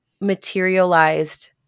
materialized